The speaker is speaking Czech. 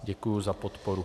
Děkuji za podporu.